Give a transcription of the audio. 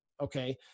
okay